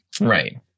right